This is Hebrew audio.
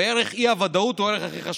וערך האי-ודאות הוא הערך הכי חשוב.